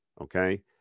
okay